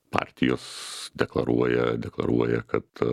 partijos deklaruoja deklaruoja kad